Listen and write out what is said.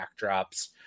backdrops